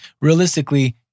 realistically